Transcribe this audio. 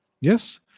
Yes